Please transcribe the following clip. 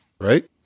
right